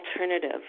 alternative